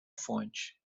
fonte